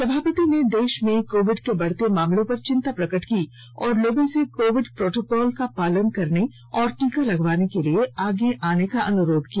सभापति ने देश में कोविड के बढते मामलों पर चिंता प्रकट की और लोगों से कोविड प्रोटोकाल का पालन करने और टीका लगवाने के लिए आगे आने का अनुरोध किया